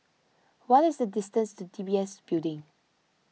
what is the distance to D B S Building